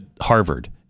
Harvard